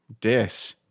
Dis